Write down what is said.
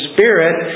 Spirit